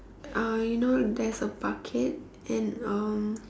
uh you know there's a bucket and um